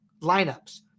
lineups